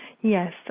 Yes